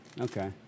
Okay